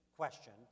question